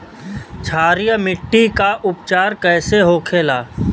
क्षारीय मिट्टी का उपचार कैसे होखे ला?